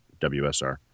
WSR